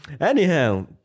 Anyhow